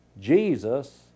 Jesus